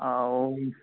ଆଉ